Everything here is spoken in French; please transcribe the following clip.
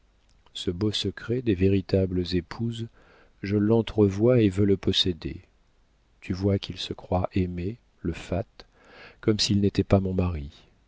ce beau secret des véritables épouses je l'entrevois et veux le posséder tu vois qu'il se croit aimé le fat comme s'il n'était pas mon mari